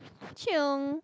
chiong